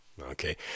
okay